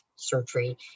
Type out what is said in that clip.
Surgery